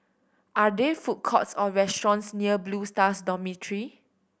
are there food courts or restaurants near Blue Stars Dormitory